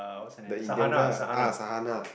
the Indian girl ah Sahana